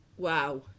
Wow